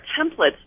templates